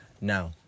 Now